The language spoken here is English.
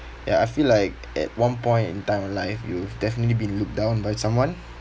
ya I feel like at one point in time of life you've definitely been looked down by someone